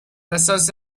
اساس